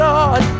Lord